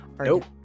Nope